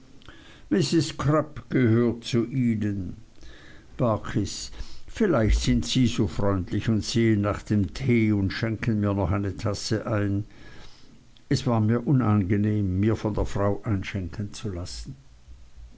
mrs crupp gehört zu ihnen barkis vielleicht sind sie so freundlich und sehen nach dem tee und schenken mir noch eine tasse ein es war mir unangenehm mir von der frau einschenken zu lassen